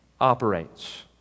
operates